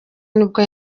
nibwo